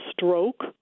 stroke